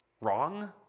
wrong